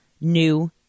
New